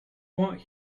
want